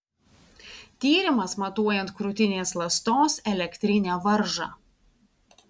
tyrimas matuojant krūtinės ląstos elektrinę varžą